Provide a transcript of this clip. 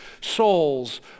souls